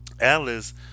alice